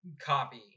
copy